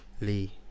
Lee